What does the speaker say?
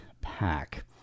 Pack